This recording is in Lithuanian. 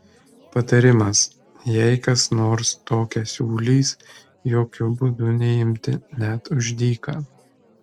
patarimas jei kas nors tokią siūlys jokiu būdu neimti net už dyką